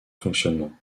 fonctionnement